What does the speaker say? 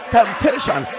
Temptation